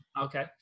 Okay